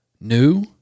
New